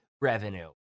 revenue